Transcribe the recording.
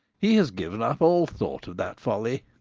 he has given up all thought of that folly.